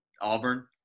auburn